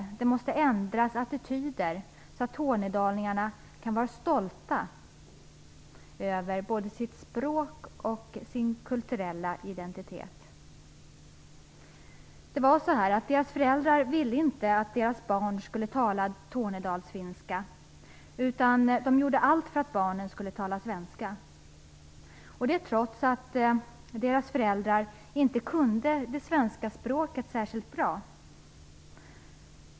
Attityderna måste ändras så att tornedalingarna kan vara stolta över både sitt språk och sin kulturella identitet. Föräldrarna ville inte att deras barn skulle tala tornedalsfinska. De gjorde allt för att barnen skulle tala svenska, trots att de själva inte kunde det svenska språket särskilt bra.